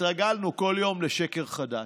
התרגלנו כל יום לשקר חדש.